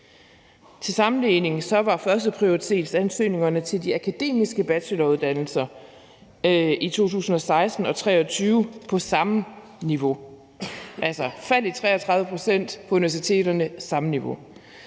Til sammenligning var førsteprioritetsansøgningerne til de akademiske bacheloruddannelser i 2016 og 2023 på det samme niveau, altså et fald på 33 pct., med det samme niveau